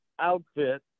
outfit